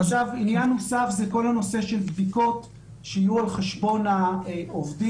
עניין נוסף הוא כל הנושא של בדיקות שיהיו על חשבון העובדים.